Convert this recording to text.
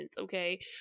okay